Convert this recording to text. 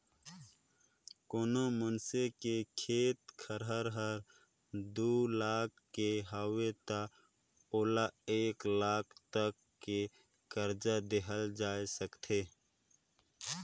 कोनो मइनसे के खेत खार हर दू लाख के हवे त ओला एक लाख तक के करजा देहल जा सकथे